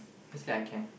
who say I can